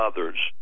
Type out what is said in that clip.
others